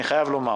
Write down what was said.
אני חייב לומר